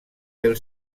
del